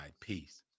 peace